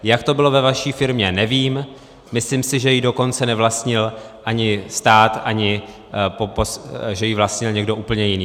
Jak to bylo ve vaší firmě, nevím, myslím si, že ji dokonce nevlastnil ani stát, ani , že ji vlastnil někdo úplně jiný.